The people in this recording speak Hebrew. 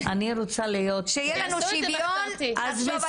אני רוצה להיות--- כשיהיה לנו שוויון נחשוב.